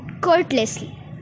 courteously